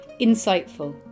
insightful